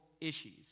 issues